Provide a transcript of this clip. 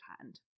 hand